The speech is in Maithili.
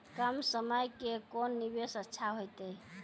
कम समय के कोंन निवेश अच्छा होइतै?